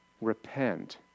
repent